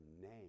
name